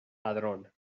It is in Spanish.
padrón